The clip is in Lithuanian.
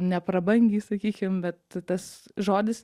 neprabangiai sakykim bet tas žodis